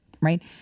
right